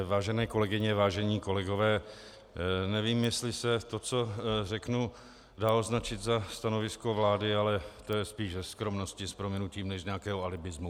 Vážené kolegyně, vážení kolegové, nevím, jestli se to, co řeknu, dá označit za stanovisko vlády, ale to je spíš ze skromnosti, s prominutím, než nějakého alibismu.